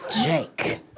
Jake